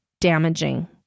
damaging